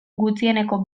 gutxieneko